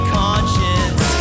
conscience